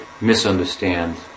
misunderstand